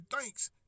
thanks